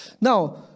Now